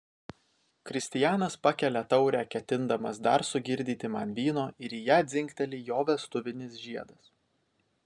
kristijanas pakelia taurę ketindamas dar sugirdyti man vyno ir į ją dzingteli jo vestuvinis žiedas